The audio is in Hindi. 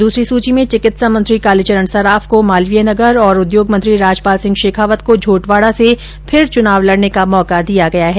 दूसरी सूची में चिकित्सा मंत्री कालीचरण सराफ को मालवीय नगर और उद्योग मंत्री राजपाल सिंह शेखावत को झोटवाड़ा से फिर चुनाव लड़ने का मौका दिया गया है